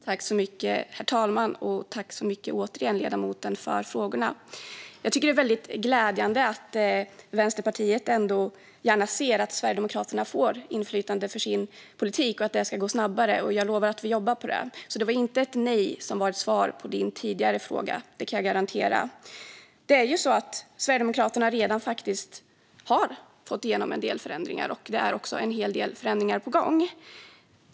Herr talman! Jag tackar återigen ledamoten för frågorna. Jag tycker att det är glädjande att Vänsterpartiet ändå gärna ser att Sverigedemokraterna får inflytande med sin politik och att det ska gå snabbare, och jag lovar att vi jobbar på det. Det var alltså inte ett nej som var svaret på din tidigare fråga, det kan jag garantera. Sverigedemokraterna har faktiskt redan fått igenom en del förändringar, och det är också en hel del förändringar på gång.